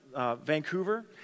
Vancouver